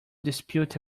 dispute